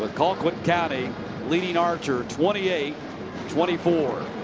but colquitt county leading archer twenty eight twenty four.